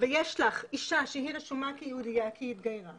ויש לך אישה שהיא רשומה כיהודייה כי היא התגיירה